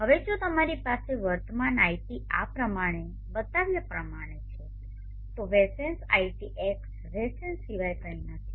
હવે જો તમારી પાસે વર્તમાન iT આ પ્રમાણે બતાવ્યા પ્રમાણે છે તો વેસેન્સ iT x રેસેન સિવાય કંઈ નથી